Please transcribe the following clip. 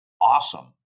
awesome